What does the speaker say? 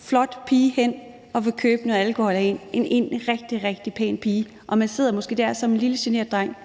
flot pige hen og ville købe noget alkohol af en – en rigtig, rigtig pæn pige. Ordføreren sidder måske der som en lille, genert dreng